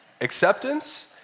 Acceptance